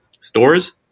stores